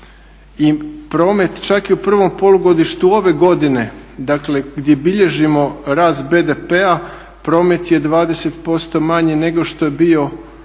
Promet čak i u prvom polugodištu ove godine, dakle gdje bilježimo rast BDP-a, promet je 20% manji nego što je bio u